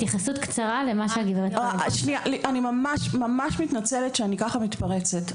התייחסות קצרה למה שעלה.) אני ממש מתנצלת שאני ככה מתפרצת.